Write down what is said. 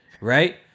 right